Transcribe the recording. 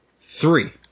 Three